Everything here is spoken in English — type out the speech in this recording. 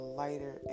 lighter